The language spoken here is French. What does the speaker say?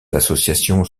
l’association